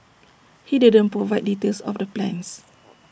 he didn't provide details of the plans